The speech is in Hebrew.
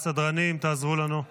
סדרנים, תעזרו לנו.